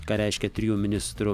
ką reiškia trijų ministrų